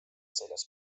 seljas